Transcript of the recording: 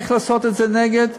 איך לעשות את זה נגד?